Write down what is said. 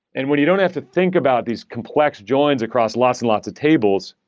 and when you don't have to think about these complex joins across lots and lots of tables,